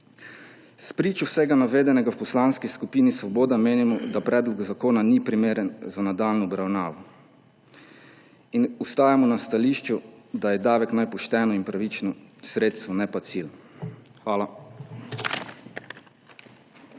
Spričo vsega navedenega v Poslanski skupini Svoboda menimo, da predlog zakona ni primeren za nadaljnjo obravnavo, in ostajamo na stališču, da je davek pošteno in pravično sredstvo, ne pa cilj. Hvala.